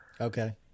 Okay